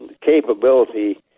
capability